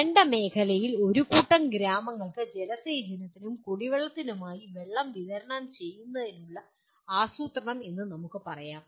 വരണ്ട മേഖലയിലെ ഒരു കൂട്ടം ഗ്രാമങ്ങൾക്ക് ജലസേചനത്തിനും കുടിവെള്ളത്തിനുമായി വെള്ളം വിതരണം ചെയ്യുന്നതിനുള്ള ആസൂത്രണം എന്ന് നമുക്ക് പറയാം